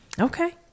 Okay